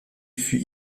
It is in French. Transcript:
fut